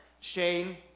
Shane